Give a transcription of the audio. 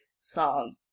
song